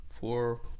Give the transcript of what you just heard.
four